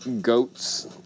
goats